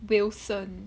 wilson